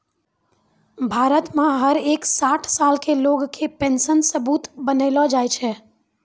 भारत मे हर एक साठ साल के लोग के पेन्शन सबूत बनैलो जाय छै